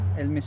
el